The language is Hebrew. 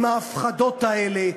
עם ההפחדות האלה,